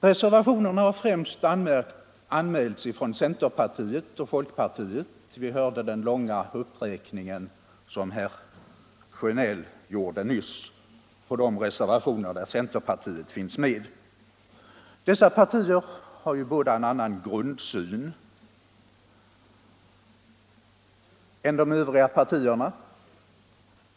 Reservationerna har främst anmälts från centerpartiet och vpk. Vi hörde den långa uppräkning som herr Sjönell gjorde nyss över de reservationer där centerpartiet finns med. Dessa båda partier har en annan grundsyn än de övriga partierna.